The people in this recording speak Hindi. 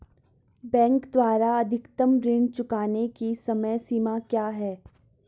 बैंक द्वारा अधिकतम ऋण चुकाने की समय सीमा क्या है?